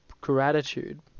Gratitude